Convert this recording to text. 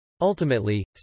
Ultimately